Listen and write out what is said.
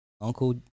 Uncle